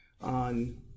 on